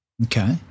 Okay